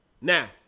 Now